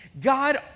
God